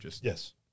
Yes